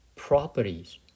properties